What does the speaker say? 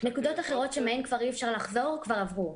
נקודות אחרות שמהן כבר אי אפשר לחזור, כבר עברו.